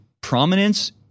prominence